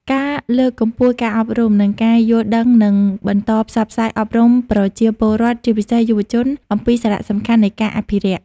ការលើកកម្ពស់ការអប់រំ និងការយល់ដឹងនិង បន្តផ្សព្វផ្សាយអប់រំប្រជាពលរដ្ឋ ជាពិសេសយុវជន អំពីសារៈសំខាន់នៃការអភិរក្ស។